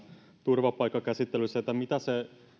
turvapaikkakäsittelyssä että mitä se